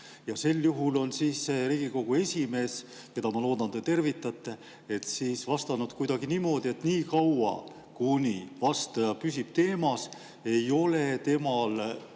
Ja sel juhul on Riigikogu esimees, keda ma loodan, te tervitate, vastanud kuidagi niimoodi, et niikaua kuni vastaja püsib teemas, ei ole temal